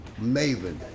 Maven